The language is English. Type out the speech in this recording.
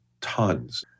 tons